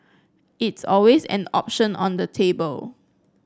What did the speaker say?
it's always an option on the table